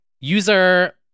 user